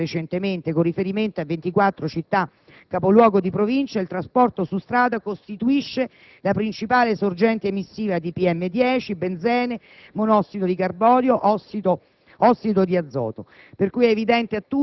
sulla qualità dell'ambiente urbano, presentati recentemente, con riferimento a 24 città capoluogo di Provincia, il trasporto su strada costituisce la principale sorgente emissiva di PM10, benzene, monossido di carbonio, ossido